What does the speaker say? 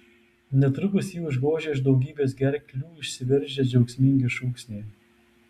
netrukus jį užgožė iš daugybės gerklių išsiveržę džiaugsmingi šūksniai